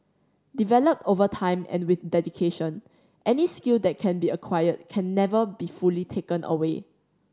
developed over time and with dedication any skill that can be acquired can never be fully taken away